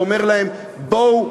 אומר להם: בואו,